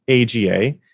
AGA